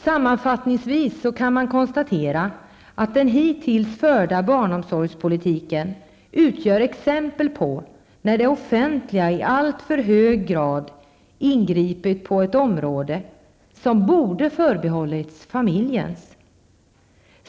Sammanfattningsvis kan man konstatera att den hittills förda barnomsorgspolitiken utgör exempel på att det offentliga i alltför hög grad har ingripit på ett område som borde ha förbehållits familjen.